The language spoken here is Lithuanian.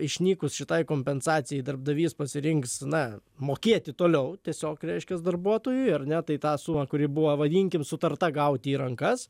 išnykus šitai kompensacijai darbdavys pasirinks na mokėti toliau tiesiog reiškias darbuotojui ar ne tai tą sumą kuri buvo vadinkim sutarta gauti į rankas